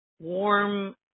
warm